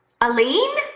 Aline